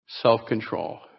self-control